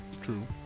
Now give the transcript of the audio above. True